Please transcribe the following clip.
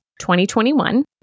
2021